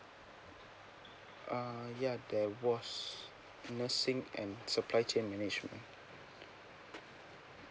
uh yeah there was nursing and supply chain management